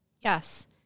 Yes